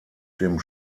dem